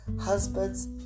husbands